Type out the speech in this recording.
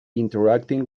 interacting